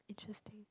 intersting